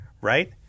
right